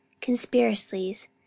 conspiracies